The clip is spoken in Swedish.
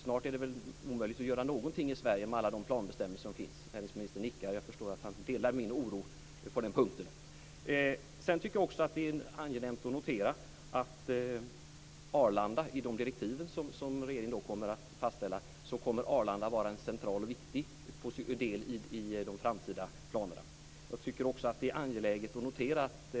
Snart är det väl omöjligt att göra någonting i Sverige med alla de planbestämmelser som finns. Näringsministern nickar när jag säger detta. Jag förstår att han delar min oro på den punkten. Det är också angenämt att notera att Arlanda kommer att vara en central och viktig del i de framtida planerna, enligt de direktiv som regeringen kommer att fastställa.